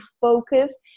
focus